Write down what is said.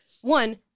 One